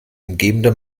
umgebende